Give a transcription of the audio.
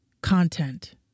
content